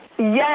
Yes